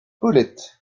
paulette